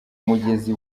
mugezi